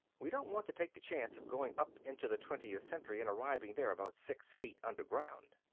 we don't want to take the chance of going up into the twentieth century and arriving there about six feet underground.